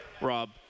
Rob